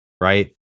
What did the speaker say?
Right